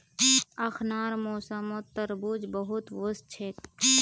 अखनार मौसमत तरबूज बहुत वोस छेक